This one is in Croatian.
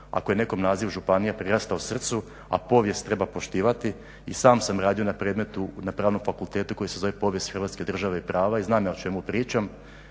ako je nekom naziv županije prirastao srcu, a povijest treba poštivati i sam sam radio na predmetu na Pravnom fakultetu koji se zove "Povijest Hrvatske države i prava" i znam ja o čemu pričam,